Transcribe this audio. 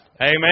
Amen